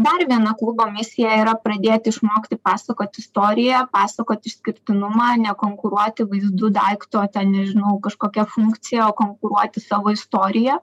dar viena klubo misija yra pradėti išmokti pasakot istoriją pasakot išskirtinumą nekonkuruoti vaizdu daiktu ar ten žinau kažkokia funkcija konkuruoti savo istorija